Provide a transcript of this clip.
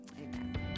amen